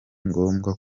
ngombwa